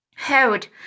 Hold